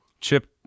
Chip